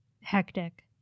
hectic